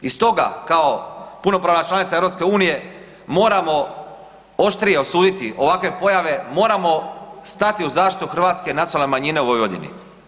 I stoga, kao punopravna članica EU-a, moramo oštrije osuditi ovakve pojave, moramo stati u zaštitu hrvatske nacionalne manjine u Vojvodini.